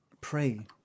pray